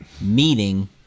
meeting